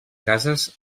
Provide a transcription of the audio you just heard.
cases